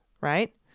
Right